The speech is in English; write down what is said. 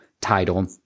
title